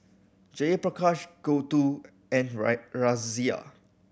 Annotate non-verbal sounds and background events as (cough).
Jayaprakash Gouthu and (unintelligible) Razia